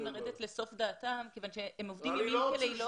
לרדת לסוף דעתם כיוון שהם עובדים לילות כימים.